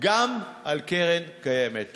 גם על קרן קיימת.